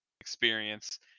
experience